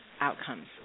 outcomes